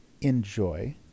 enjoy